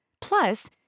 Plus